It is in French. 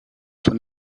son